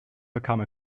become